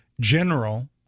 general